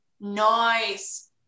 Nice